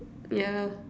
yeah